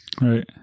Right